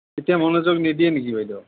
একে মনোযোগ নিদিয়ে নেকি বাইদেউ